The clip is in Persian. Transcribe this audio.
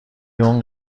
اون